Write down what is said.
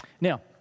Now